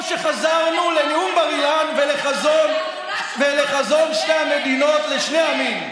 או שחזרנו לנאום בר-אילן ולחזון שתי המדינות לשני העמים?